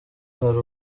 hari